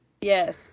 Yes